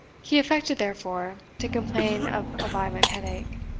he affected, therefore, to complain of a violent headache,